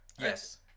Yes